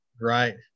Right